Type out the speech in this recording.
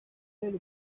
del